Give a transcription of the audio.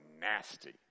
nasty